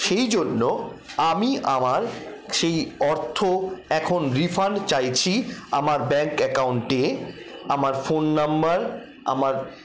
সেই জন্য আমি আমার সেই অর্থ এখন রিফান্ড চাইছি আমার ব্যাঙ্ক অ্যাকাউন্টে আমার ফোন নাম্বার আমার